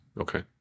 Okay